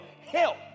help